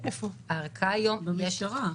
במשטרה.